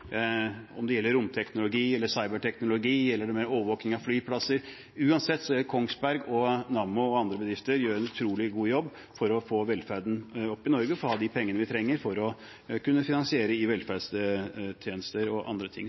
om det gjelder romteknologi, cyberteknologi eller overvåkning av flyplasser. Uansett gjør Kongsberg, Nammo og andre bedrifter en utrolig god jobb for å få velferden opp i Norge, så vi kan ha de pengene vi trenger for å kunne finansiere velferdstjenester og